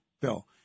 bill